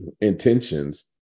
intentions